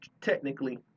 Technically